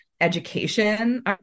education